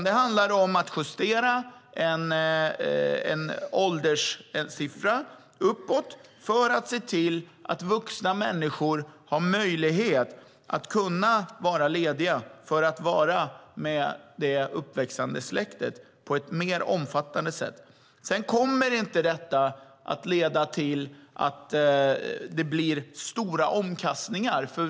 Det handlar om att justera en ålderssiffra uppåt för att se till att vuxna människor har möjlighet att vara lediga för att vara med det uppväxande släktet på ett mer omfattande sätt. Detta kommer inte att leda till att det blir stora omkastningar.